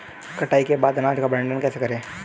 कटाई के बाद अनाज का भंडारण कैसे करें?